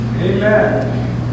Amen